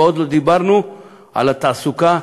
ועוד לא דיברנו על התעסוקה,